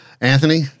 Anthony